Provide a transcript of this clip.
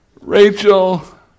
Rachel